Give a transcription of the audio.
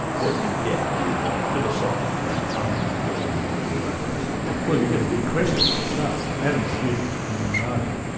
what do you get with a philosophically uninformed view of adam smith? well you get a big question for a start. adam smith as you know,